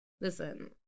Listen